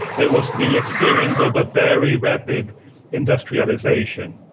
but it was the experience of a very rapid industrialisation,